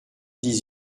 dix